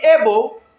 able